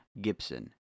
Gibson